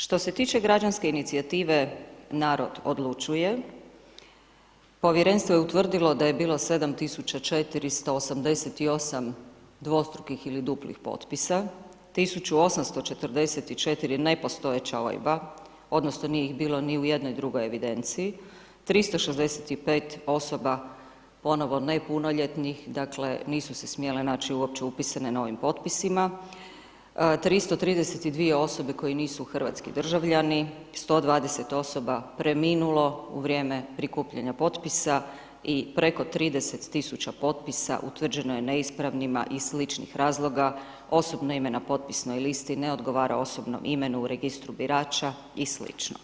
Što se tiče građanske inicijative „Narod odlučuje“, povjerenstvo je utvrdilo je da bilo 7 488 dvostrukih ili duplih potpisa, 1 844 nepostojeća OIB-a odnosno nije ih bilo ni jednoj drugoj evidenciji, 365 osoba ponovno ne punoljetnih, dakle nisu se smjele naći uopće upisane na ovim potpisima, 332 osobe koje nisu hrvatski državljani, 120 osoba preminulo u vrijeme prikupljanja potpisa i preko 30 000 potpisa utvrđeno je neispravnima iz sličnih razloga, osobno ime na potpisnoj listi ne odgovara osobnom imenu u registru birača i sl.